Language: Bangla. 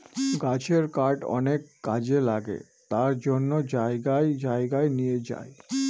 গাছের কাঠ অনেক কাজে লাগে তার জন্য জায়গায় জায়গায় নিয়ে যায়